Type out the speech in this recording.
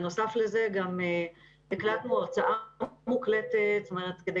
בנוסף לזה גם הקלטנו הרצאה מוקלטת כדי